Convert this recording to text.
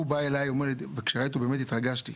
כשראיתי אותו ממש התרגשתי.